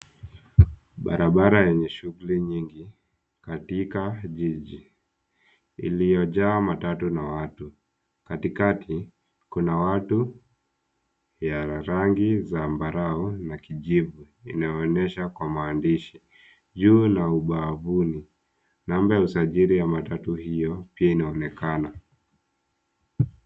Barabara yenye shughuli nyingi, katika jiji, iliyojaa matatu na watu. Katikati, kuna watu ya rangi zambarau na kijivu inaonyesha kwa maandishi, juu na ubavuni, namba ya usajili wa matatu hiyo pia inaonekana.